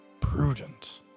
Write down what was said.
prudent